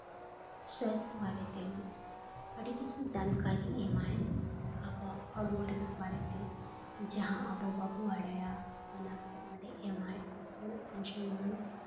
ᱥᱟᱥᱛᱷ ᱵᱟᱨᱮ ᱛᱮᱦᱚᱸ ᱟᱹᱰᱤ ᱠᱤᱪᱷᱩ ᱡᱟᱱᱠᱟᱨᱤ ᱮᱢᱟᱭ ᱟᱵᱚᱣᱟᱜ ᱦᱚᱲᱢᱚ ᱨᱮᱱᱟᱜ ᱵᱟᱨᱮᱛᱮ ᱡᱟᱦᱟᱸ ᱟᱵᱚ ᱵᱟᱵᱚ ᱵᱟᱰᱟᱭᱟ ᱚᱱᱟ ᱠᱚ ᱚᱸᱰᱮ ᱮᱢᱟᱭ ᱟᱨ ᱚᱱᱟ ᱟᱸᱡᱚᱢᱟᱹᱧ